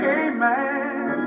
amen